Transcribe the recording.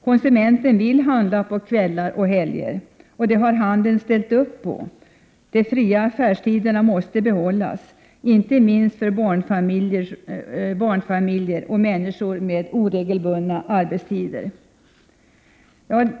Konsumenten vill handla på kvällar och helger, och det har handeln ställt upp på. De fria affärstiderna måste behållas, inte minst med tanke på barnfamiljer och människor med oregelbundna arbetstider.